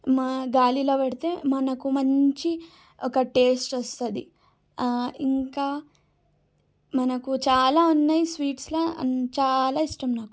మా గాలిల పెడితే మనకు మంచి ఒక టేస్ట్ వస్తుంది ఇంకా మనకు చాలా ఉన్నాయి స్వీట్స్లో చాలా ఇష్టం నాకు